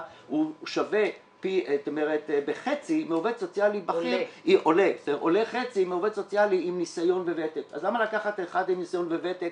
עולה חצי מעובד סוציאלי עם ניסיון וותק,